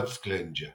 atsklendžia